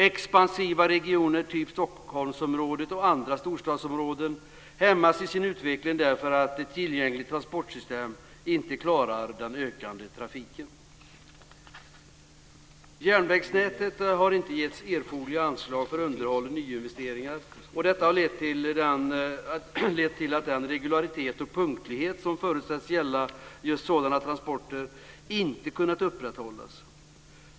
Expansiva regioner, t.ex. Stockholmsområdet och andra storstadsområden, hämmas i sin utveckling därför att tillgängligt transportsystem inte klarar den ökande trafiken. Järnvägsnätet har inte getts erforderliga anslag för underhåll och nyinvesteringar, och detta har lett till att den regularitet och punktlighet som förutsätts gälla just sådana transporter inte kunnat upprätthållas.